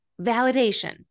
Validation